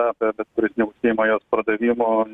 bet kuris neužsiima jos pardavimu